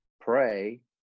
pray